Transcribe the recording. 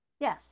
yes